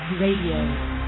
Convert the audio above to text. Radio